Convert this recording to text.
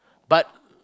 but